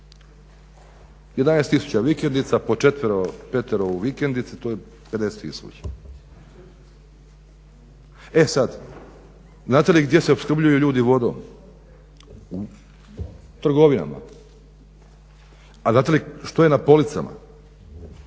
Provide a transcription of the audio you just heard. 11 000 vikendica po 4, 5 u vikendici to je 50 000. E sad, znate li gdje se opskrbljuju ljudi vodom, u trgovinama. A znate li što je na policama?